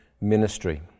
ministry